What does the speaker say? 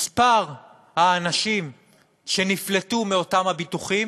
מספר האנשים שנפלטו מאותם הביטוחים